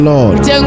Lord